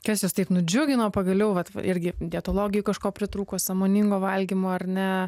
kas jus taip nudžiugino pagaliau vat irgi dietologai kažko pritrūko sąmoningo valgymo ar ne